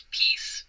peace